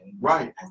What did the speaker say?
Right